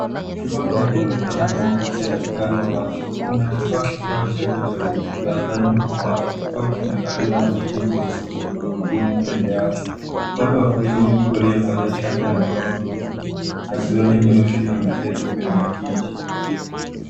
Chumba kinachoonekana kama ofisi ya daktari wa macho. Kuna kifaa kikubwa cheupe cha uchunguzaji wa macho, kikiwa kimekaliwa na kiti cheusi chenye magurudumu mbele yake. Upande wa kulia, mtu aliyevalia shati la mikono mifupi na suruali nyeusi ameketi kwenye kiti.